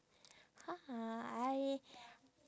ha ha I